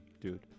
dude